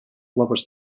lover’s